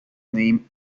name